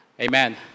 Amen